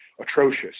atrocious